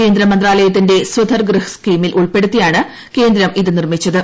കേന്ദ്ര മന്ത്രാലയത്തിന്റെ സ്വധർ ഗ്രഹ് സ്കീമിൽ ഉൾപ്പെടുത്തിയാണ് കേന്ദ്രം ഇത് നിർമ്മിച്ചത്